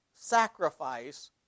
sacrifice